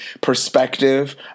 perspective